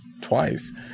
twice